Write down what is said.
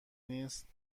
نیست